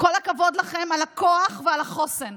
כל הכבוד לכם על הכוח ועל החוסן.